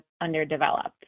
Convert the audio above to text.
underdeveloped